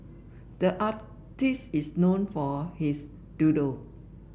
the artist is known for his doodle